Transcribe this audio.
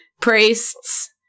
priests